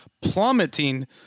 plummeting